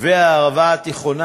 והערבה התיכונה,